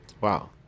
Wow